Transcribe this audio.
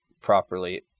properly